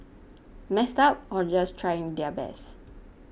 messed up or just trying their best